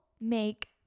make